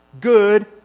good